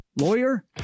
Lawyer